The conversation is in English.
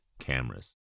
cameras